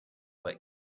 but